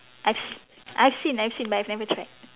I've s~ I've seen I've seen but I've never tried